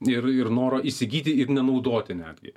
ir ir noro įsigyti ir nenaudoti netgi